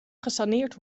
gesaneerd